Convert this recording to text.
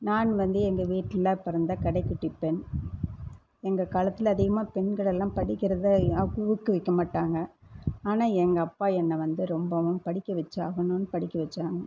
நான் வந்து எங்கள் வீட்டில் பிறந்த கடைக்குட்டி பெண் எங்கள் காலத்தில் அதிகமாக பெண்களெல்லாம் படிக்கறதை யாரும் ஊக்குவிக்க மாட்டாங்க ஆனால் எங்கப்பா என்னை வந்து ரொம்பவும் படிக்க வைச்சாகணுன் படிக்க வைச்சாங்க